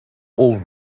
all